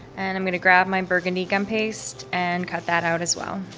and i'm going to grab my burgundy gum paste and cut that out as well.